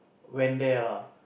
went there lah